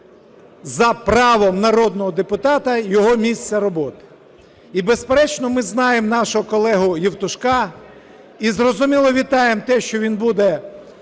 за правом народного депутата його місце роботи. І безперечно, ми знаємо нашого колегу Євтушка. І зрозуміло, вітаємо те, що він буде,